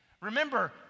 Remember